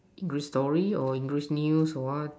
English story or English news or what